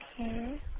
Okay